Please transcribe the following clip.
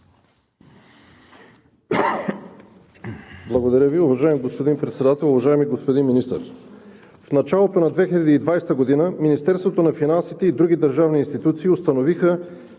Благодаря Ви, уважаеми господин Председател. Уважаеми господин Министър, в началото на 2020 г. Министерството на финансите и други държавни институции установиха,